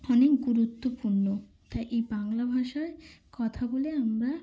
অনেক গুরুত্বপূর্ণ তাই এই বাংলা ভাষায় কথা বলে আমরা